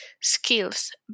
skills